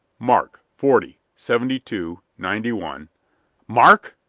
mark forty, seventy two, ninety one mark?